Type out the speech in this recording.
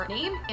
name